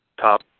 top